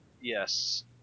Yes